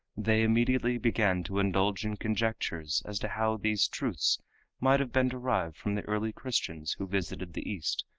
they immediately began to indulge in conjectures as to how these truths might have been derived from the early christians who visited the east,